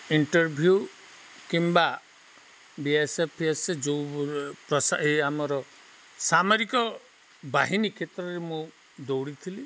interview କିମ୍ବା B S F P S A ଯେଉଁ ଆମର ସାମରିକ ବାହିନୀ କ୍ଷେତ୍ରରେ ମୁଁ ଦୌଡ଼ିଥିଲି